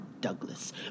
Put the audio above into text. Douglas